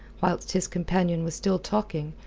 whilst his companion was still talking,